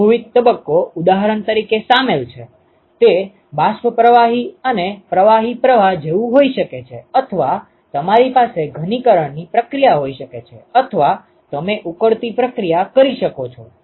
બહુવિધ તબક્કો ઉદાહરણ તરીકે સામેલ છે તે બાષ્પ પ્રવાહ અને પ્રવાહી પ્રવાહ જેવું હોઈ શકે છે અથવા તમારી પાસે ઘનીકરણની પ્રક્રિયા હોઈ શકે છે અથવા તમે ઉકળતી પ્રક્રિયા કરી શકો છો